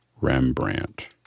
Rembrandt